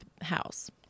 house